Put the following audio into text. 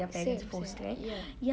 same same ya